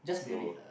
so